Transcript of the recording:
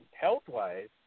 health-wise